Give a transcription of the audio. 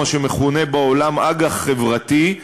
מה שמכונה בעולם אג"ח חברתי,